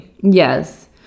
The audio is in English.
yes